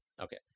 okay